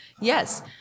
Yes